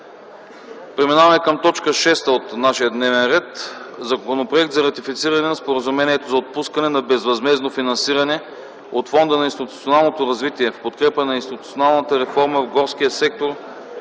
Вносител е Министерският съвет. 6. Законопроект за ратифициране на Споразумението за отпускане на безвъзмездно финансиране от Фонда за институционално развитие в подкрепа на институционалната реформа в горския сектор